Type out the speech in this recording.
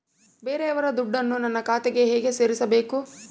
ಬೇರೆಯವರ ದುಡ್ಡನ್ನು ನನ್ನ ಖಾತೆಗೆ ಹೇಗೆ ಸೇರಿಸಬೇಕು?